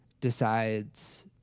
decides